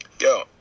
Yo